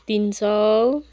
तिन सौ